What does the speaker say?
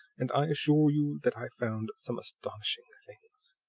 and i assure you that i've found some astonishing things.